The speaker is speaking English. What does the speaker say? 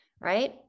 right